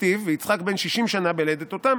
"וכתיב 'ויצחק בן ששים שנה בלדת אתם'".